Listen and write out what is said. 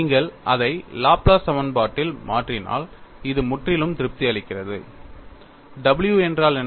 நீங்கள் அதை லாப்லேஸ் சமன்பாட்டில் மாற்றினால் இது முற்றிலும் திருப்தி அளிக்கிறது w என்றால் என்ன